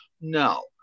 No